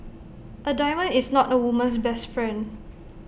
A diamond is not A woman's best friend